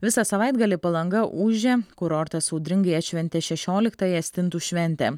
visą savaitgalį palanga ūžė kurortas audringai atšventė šešioliktąją stintų šventę